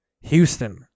Houston